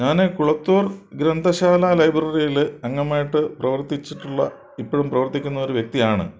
ഞാൻ കുളത്തൂർ ഗ്രന്ഥശാല ലൈബ്രറിയിൽ അംഗമായിട്ട് പ്രവർത്തിച്ചിട്ടുള്ള ഇപ്പോഴും പ്രവർത്തിക്കുന്ന ഒരു വ്യക്തിയാണ്